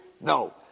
No